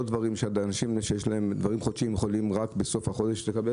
דברים חודשיים שניתן לקבל רק בסוף החודש.